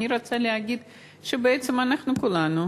אני רוצה להגיד שבעצם אנחנו כולנו